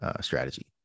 strategy